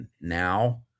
now